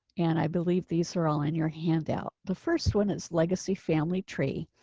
and i believe these are all in your handout. the first one is legacy family tree.